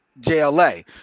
JLA